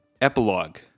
Epilogue